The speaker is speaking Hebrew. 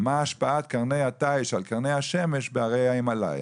מה השפעת קרני התיש על קרני השמש בהרי ההימלאיה.